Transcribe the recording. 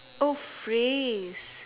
oh phrase